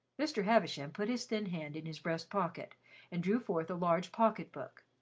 mr. havisham put his thin hand in his breast pocket and drew forth a large pocket-book.